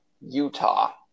utah